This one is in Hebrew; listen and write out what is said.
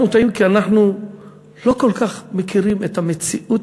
אנחנו טועים כי אנחנו לא כל כך מכירים את המציאות